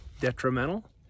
detrimental